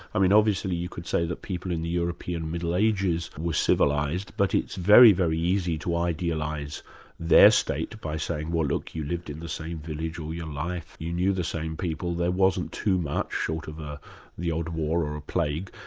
i mean, obviously you could say that people in the european middle ages were civilised, but it's very, very easy to idealise their state by saying, well look, you lived in the same village all your life, you knew the same people, there wasn't too much, short of ah the odd war or a plague,